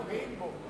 אנחנו גאים בו.